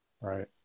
Right